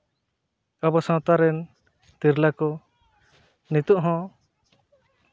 ᱟᱵᱚ ᱥᱟᱶᱛᱟ ᱨᱮᱱ ᱛᱤᱨᱞᱟᱹ ᱠᱚ ᱱᱤᱛᱚᱜ ᱦᱚᱸ